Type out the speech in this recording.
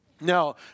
Now